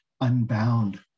unbound